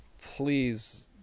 please